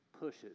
pushes